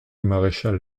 maréchal